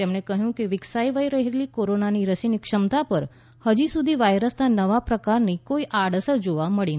તેમણે કહ્યું કે વિકસાવાઈ રહેલી કોરોના રસીની ક્ષમતા પર હજી સુધી વાયરસના નવા પ્રકારની કોઈ આડઅસર જોવા મળી નથી